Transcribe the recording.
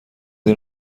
این